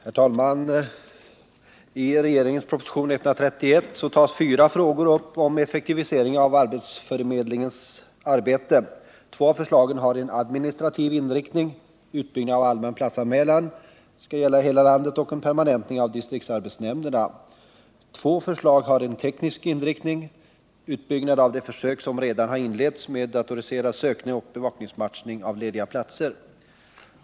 Herr talman! I regeringens proposition nr 131 tas upp fyra frågor om effektivisering av arbetsförmedlingens arbete. Två av förslagen har en administrativ inriktning: en utbyggnad av allmän platsanmälan som skall gälla hela landet och en permanentning av distriktsarbetsnämnderna. Två förslag har en teknisk inriktning: utbyggnad av de försök som redan har inletts med datoriserad sökning och bevakningsmatchning av lediga platser.